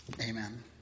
Amen